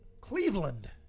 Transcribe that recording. Cleveland